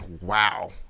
wow